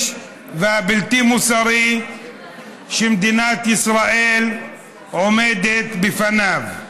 והבלתי-מוסרי שמדינת ישראל עומדת בפניו.